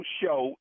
show